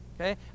okay